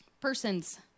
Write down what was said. persons